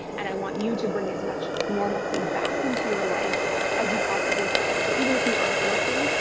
and i want you to bring as much normalcy back into your life as you possibly can. so even if you aren't working,